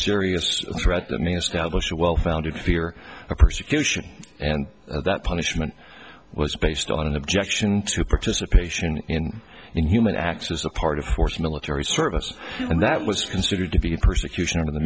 a well founded fear of persecution and that punishment was based on an objection to participation in inhuman acts as a part of force military service and that was considered to be persecution of t